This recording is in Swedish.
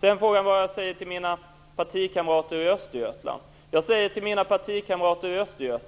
På frågan vad jag svarar mina partikamrater i Östergötland vill jag säga